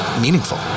meaningful